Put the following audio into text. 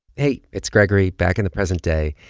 hey. it's gregory back in the present day.